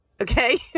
okay